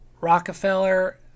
Rockefeller